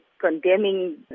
condemning